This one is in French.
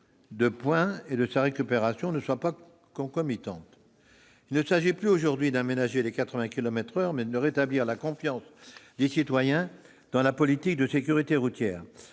de point et sa récupération ne soient pas concomitantes. Il s'agit aujourd'hui non plus d'aménager les 80 kilomètres par heure, mais de rétablir la confiance des citoyens dans la politique de sécurité routière,